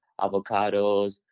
avocados